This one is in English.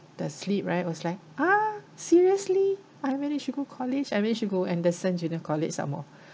the slip right was like ah seriously I managed to go college I mean should go anderson junior college some more